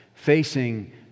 facing